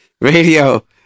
Radio